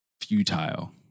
futile